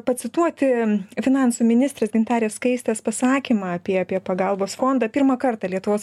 pacituoti finansų ministrės gintarė skaistė pasakymą apie apie pagalbos fondą pirmą kartą lietuvos